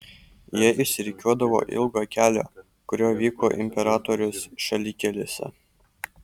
jie išsirikiuodavo ilgo kelio kuriuo vyko imperatorius šalikelėse